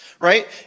right